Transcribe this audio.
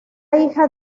hija